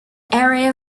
area